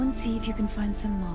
see if you can find some